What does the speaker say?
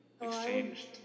exchanged